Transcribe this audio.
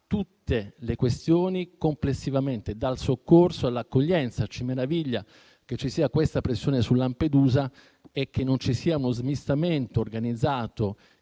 tutte le questioni complessivamente, dal soccorso all'accoglienza; ci meraviglia che ci sia questa pressione su Lampedusa e che non ci sia uno smistamento organizzato in tutte